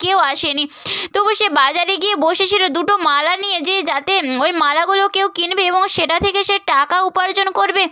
কেউ আসেনি তবু সে বাজারে গিয়ে বসেছিল দুটো মালা নিয়ে যে যাতে ওই মালাগুলো কেউ কিনবে এবং সেটা থেকে সে টাকা উপার্জন করবে